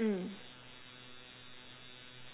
mm mm